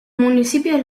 municipios